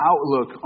outlook